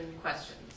Questions